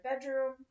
bedroom